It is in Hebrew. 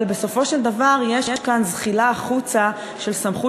אבל בסופו של דבר יש כאן זחילה החוצה של סמכות